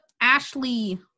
ashley